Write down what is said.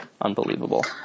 Unbelievable